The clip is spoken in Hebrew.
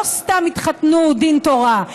לא סתם התחתנו בדין תורה,